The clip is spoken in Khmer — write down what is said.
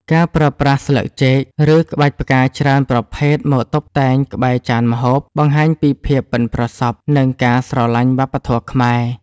ការប្រើប្រាស់ស្លឹកចេក ឬក្បាច់ផ្កាច្រើនប្រភេទមកតុបតែងក្បែរចានម្ហូប បង្ហាញពីភាពប៉ិនប្រសប់ និងការស្រឡាញ់វប្បធម៌ខ្មែរ។